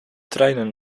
treinen